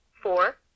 Four